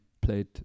played